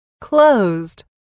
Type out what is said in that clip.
closed